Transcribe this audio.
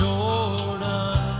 Jordan